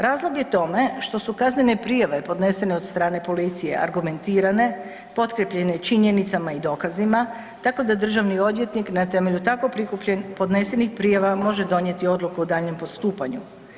Razlog je tome što su kaznene prijave podnesene od strane policije argumentirane, potkrijepljene činjenicama i dokazima, tako da državni odvjetnik na temelju tako podnesenih prijava može donijeti odluku o daljnjem postupanju.